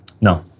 No